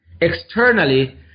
externally